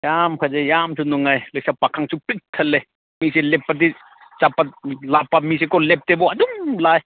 ꯌꯥꯝ ꯐꯖꯩ ꯌꯥꯝꯁꯨ ꯅꯨꯡꯉꯥꯏ ꯂꯩꯁꯥ ꯄꯥꯈꯪꯁꯨ ꯄꯤꯛ ꯊꯜꯂꯦ ꯃꯤꯁꯦ ꯂꯦꯞꯄꯗꯤ ꯆꯠꯄ ꯂꯥꯛꯄ ꯃꯤꯁꯦ ꯂꯦꯞꯇꯦꯕꯣ ꯑꯗꯨꯝ ꯂꯥꯛꯑꯦ